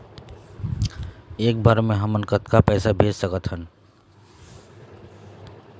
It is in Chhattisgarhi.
एक बर मे हमन कतका पैसा भेज सकत हन?